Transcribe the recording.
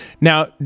Now